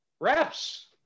Reps